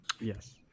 Yes